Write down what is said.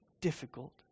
difficult